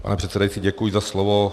Pane předsedající, děkuji za slovo.